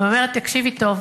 והיא אומרת: תקשיבי טוב,